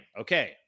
okay